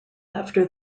after